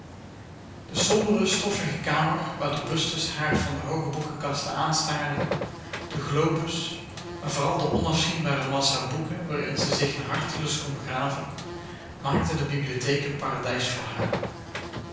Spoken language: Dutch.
de sombere stoffige kamer waar de bustes haar van de hooge boekenkasten aanstaarden de globes maar vooral de onafzienbare massa boeken waarin ze zich naar hartelust kon begraven maakten de bibliotheek een paradijs voor haar